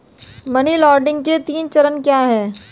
Money laundering के तीन चरण क्या हैं?